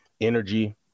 energy